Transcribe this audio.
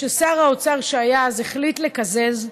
כששר האוצר שהיה אז החליט לקזז,